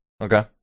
Okay